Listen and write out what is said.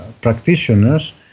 practitioners